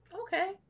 Okay